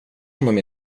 honom